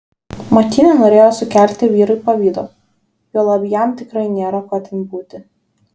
mat ji nenorėjo sukelti vyrui pavydo juolab jam tikrai nėra ko ten būti